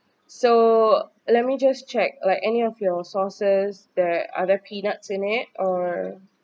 so let me just check like any of your sauce there are the peanuts in it or